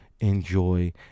enjoy